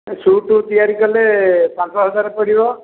shoot ତିଆରି କଲେ ପାଞ୍ଚ ହଜାର ପଡ଼ିବ